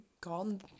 gone